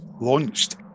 launched